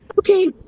Okay